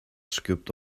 scooped